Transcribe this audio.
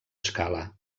escala